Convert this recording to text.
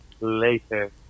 Later